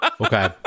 Okay